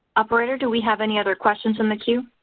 operator do we have any other questions in the queue?